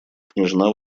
княжна